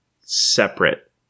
separate